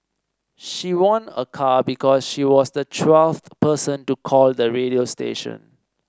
she won a car because she was the twelfth person to call the radio station